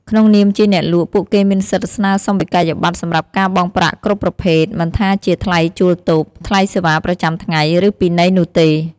ក្នុងនាមជាអ្នកលក់ ពួកគេមានសិទ្ធិស្នើសុំវិក័យប័ត្រសម្រាប់ការបង់ប្រាក់គ្រប់ប្រភេទមិនថាជាថ្លៃជួលតូប ថ្លៃសេវាប្រចាំថ្ងៃ ឬពិន័យនោះទេ។